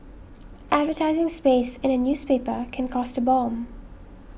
advertising space in a newspaper can cost a bomb